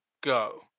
go